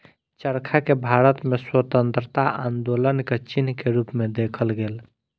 चरखा के भारत में स्वतंत्रता आन्दोलनक चिन्ह के रूप में देखल गेल